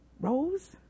Rose